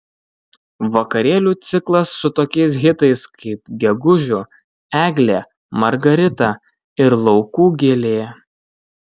vakarėlių ciklas su tokiais hitais kaip gegužiu eglė margarita ir laukų gėlė